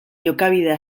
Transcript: jokabidea